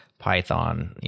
Python